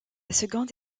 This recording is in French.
seconde